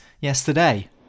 yesterday